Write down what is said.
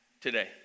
today